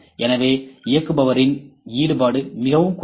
எனவே இயக்குபவரின் ஈடுபாடு மிகவும் குறைவு